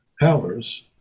powers